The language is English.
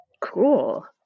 cool